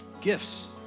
gifts